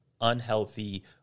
unhealthy